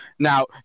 Now